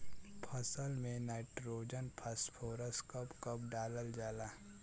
फसल में nitrogen phosphorus कब कब डालल जाला?